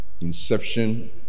inception